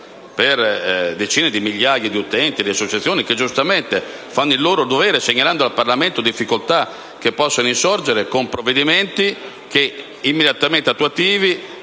le decine di migliaia di utenti e di associazioni che, giustamente, fanno il loro dovere, segnalando al Parlamento le difficolta che possano insorgere con provvedimenti immediatamente attuativi,